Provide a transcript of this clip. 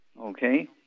Okay